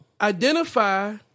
identify